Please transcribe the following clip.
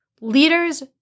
Leaders